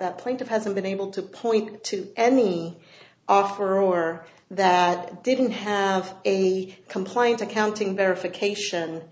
that plaintiff hasn't been able to point to any offer or that didn't have a complaint accounting verification